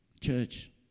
church